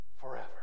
forever